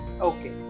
Okay